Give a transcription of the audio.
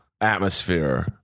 atmosphere